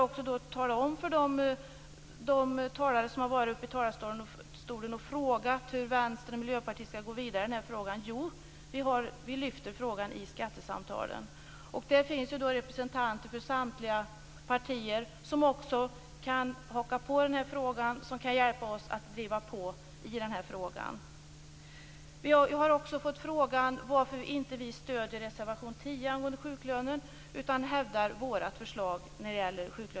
Några talare har frågat efter hur Vänsterpartiet och Miljöpartiet skall gå vidare i den här frågan. Då vill jag tala om att vi lyfter fram den frågan i skattesamtalen. Där finns representanter för samtliga partier som kan haka på och hjälpa oss att driva på i denna fråga. Man har också frågat varför vi inte stöder reservation nr 10 angående sjuklönen utan hävdar vårt förslag.